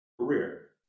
career